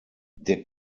der